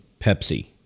Pepsi